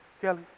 Kelly